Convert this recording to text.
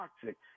toxic